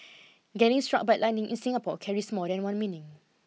getting struck by lightning in Singapore carries more than one meaning